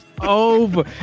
over